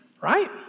right